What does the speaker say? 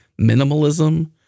minimalism